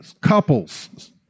Couples